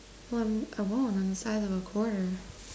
well I'm only the size of a quarter